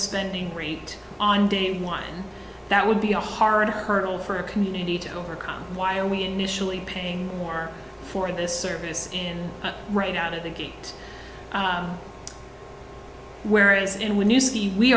spending rate on day one that would be a hard hurdle for a community to overcome while we initially paying more for the service and right out of the gate whereas and when you see we